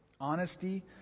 Honesty